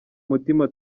mutima